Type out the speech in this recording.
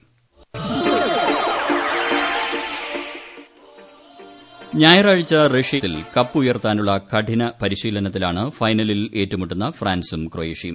music ഞായറാഴ്ച കപ്പുയർത്താനുള്ള കഠിന പരിശീലനത്തിലാണ് ഫൈനലിൽ ഏറ്റുമുട്ടുന്ന ഫ്രാൻസും ക്രൊയേഷ്യയും